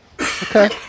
Okay